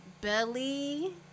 belly